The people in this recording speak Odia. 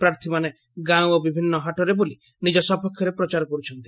ପ୍ରାର୍ଥୀମାନେ ଗାଁ ଓ ବିଭିନ୍ନ ହାଟରେ ବୁଲି ନିକ ସପକ୍ଷରେ ପ୍ରଚାର କରୁଛନ୍ତି